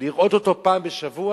לראות אותו פעם בשבוע?